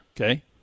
okay